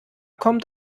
kommt